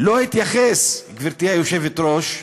לא התייחס, גברתי היושבת-ראש,